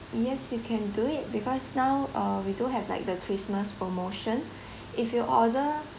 yes you can do it because now uh we do have like the christmas promotion if you order